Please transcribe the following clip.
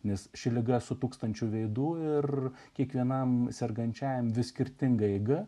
nes ši liga su tūkstančiu veidų ir kiekvienam sergančiajam vis skirtinga eiga